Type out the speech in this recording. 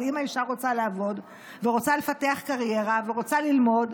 אבל אם האישה רוצה לעבוד ורוצה לפתח קריירה ורוצה ללמוד,